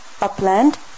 upland